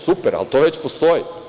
Super, ali to već postoji.